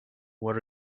what